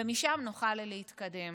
ומשם נוכל להתקדם.